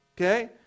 Okay